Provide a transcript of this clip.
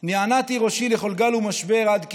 נענעתי ראשי לכל גל ומשבָּר / עד כי